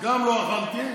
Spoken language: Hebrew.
גם לא אכלתי וגם,